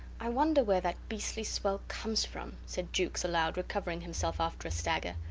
i wonder where that beastly swell comes from, said jukes aloud, recovering himself after a stagger.